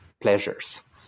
pleasures